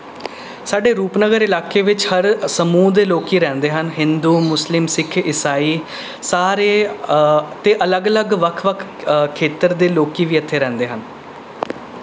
ਸਾਡੇ ਰੂਪਨਗਰ ਇਲਾਕੇ ਵਿੱਚ ਹਰ ਸਮੂਹ ਦੇ ਲੋਕ ਰਹਿੰਦੇ ਹਨ ਹਿੰਦੂ ਮੁਸਲਿਮ ਸਿੱਖ ਇਸਾਈ ਸਾਰੇ ਅਤੇ ਅਲੱਗ ਅਲੱਗ ਵੱਖ ਵੱਖ ਖੇਤਰ ਦੇ ਲੋਕ ਵੀ ਇੱਥੇ ਰਹਿੰਦੇ ਹਨ